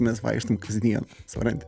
mes vaikštom kasdien supranti